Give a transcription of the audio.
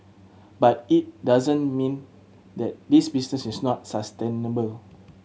but it doesn't mean that this business is not sustainable